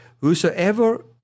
whosoever